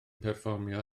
perfformio